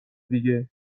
دیگه